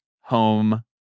home